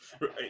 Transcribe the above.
right